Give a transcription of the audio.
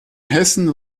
hessen